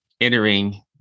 entering